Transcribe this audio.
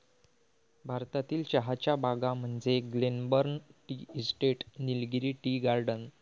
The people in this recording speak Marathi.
भारतातील चहाच्या बागा म्हणजे Glenburn tea estate, Nilgiri tea garden